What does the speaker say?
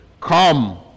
Come